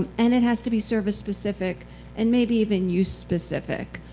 um and it has to be service specific and maybe even use specific.